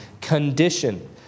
condition